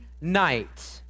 night